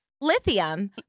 lithium